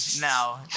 no